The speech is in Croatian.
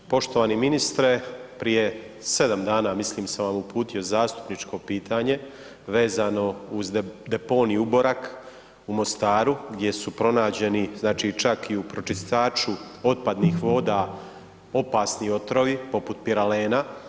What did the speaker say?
Poštovani ministre, prije 7 dana, mislim, sam vam uputio zastupničko pitanje vezano uz deponij Uborak u Mostaru, gdje su pronađeni čak i u pročistaču otpadnih voda opasni otrovi, poput piralena.